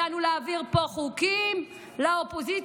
וידענו להעביר פה חוקים לאופוזיציה,